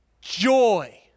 joy